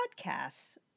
podcasts